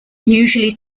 usually